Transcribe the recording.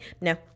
no